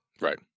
Right